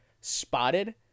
spotted